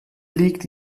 liegt